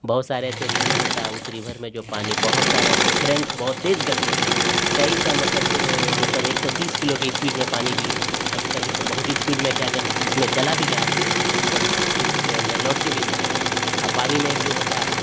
بہت سارے ایسے ریور ہوتا ہے اس ریور میں جو پانی بہت سارے ایسے کرنٹ بہت تیز گتی سے کئی سا مطلب کہ مطلب ایک سو تیس کلو کے اسپیڈ میں پانی بھی کبھی کبھی تو بہت اسپیڈ میں کہ اگر اس میں چلا بھی گیا آدمی تو کبھی پھر اس کے اندر لوٹ کے بھی نہیں آئے گا اور پانی میں ایک جو ہوتا ہے